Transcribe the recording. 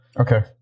Okay